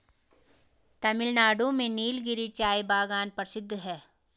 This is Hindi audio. तमिलनाडु में नीलगिरी चाय बागान प्रसिद्ध है